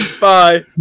Bye